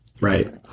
right